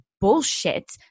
bullshit